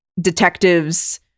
detectives